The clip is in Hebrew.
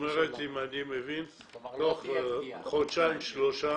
כלומר תוך חודשיים שלושה